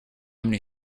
many